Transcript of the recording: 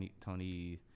Tony